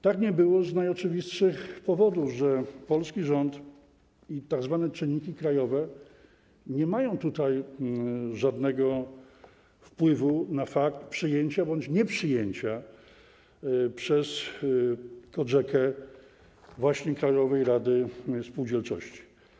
Tak nie było z najoczywistszych powodów: polski rząd i tzw. czynniki krajowe nie mają żadnego wpływu na fakt przyjęcia bądź nieprzyjęcia przez COGECA krajowej rady spółdzielczości.